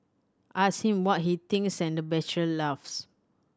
ask him what he thinks and the bachelor laughs